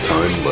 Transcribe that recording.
Time